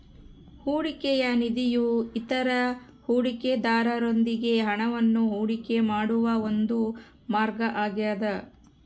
ಹೂಡಿಕೆಯ ನಿಧಿಯು ಇತರ ಹೂಡಿಕೆದಾರರೊಂದಿಗೆ ಹಣವನ್ನು ಹೂಡಿಕೆ ಮಾಡುವ ಒಂದು ಮಾರ್ಗ ಆಗ್ಯದ